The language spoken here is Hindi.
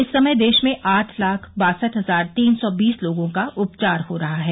इस समय देश में आठ लाख बासठ हजार तीन सौ बीस लोगों का उपचार हो रहा है